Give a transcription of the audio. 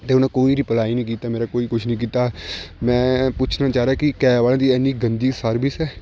ਅਤੇ ਉਹਨੇ ਕੋਈ ਰਿਪਲਾਈ ਨਹੀਂ ਕੀਤਾ ਮੇਰਾ ਕੋਈ ਕੁਛ ਨਹੀਂ ਕੀਤਾ ਮੈਂ ਪੁੱਛਣਾ ਚਾਹ ਰਿਹਾ ਕਿ ਕੈਬ ਵਾਲਿਆ ਦੀ ਇੰਨੀ ਗੰਦੀ ਸਰਵਿਸ ਹੈ